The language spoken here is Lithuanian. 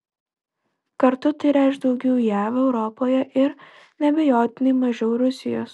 kartu tai reikš daugiau jav europoje ir neabejotinai mažiau rusijos